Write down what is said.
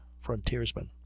frontiersmen